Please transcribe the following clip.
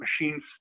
machines